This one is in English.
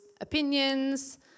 opinions